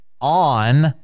on